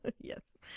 Yes